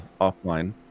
offline